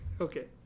Okay